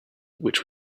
which